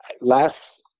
last